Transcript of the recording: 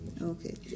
Okay